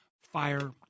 fire